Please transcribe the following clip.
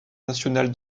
nationale